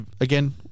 again